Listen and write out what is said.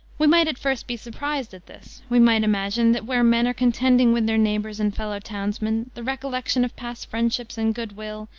we might at first be surprised at this. we might imagine that where men are contending with their neighbors and fellow-townsmen, the recollection of past friendships and good-will,